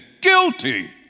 guilty